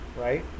right